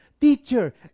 teacher